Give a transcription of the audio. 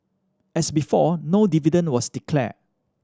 as before no dividend was declared